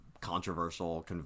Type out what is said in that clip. controversial